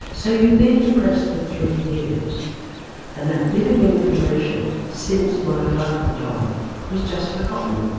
so, you've been depressed for three years and that bit of information since my father died was just forgotten.